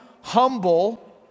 humble